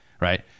right